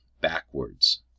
backwards